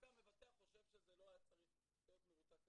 --- המבטח חושב שזה לא היה צריך להיות מרותק למיטתו.